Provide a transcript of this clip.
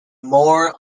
more